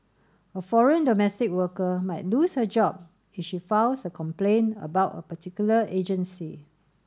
a foreign domestic worker might lose her job if she files a complaint about a particular agency